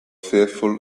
fearful